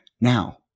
now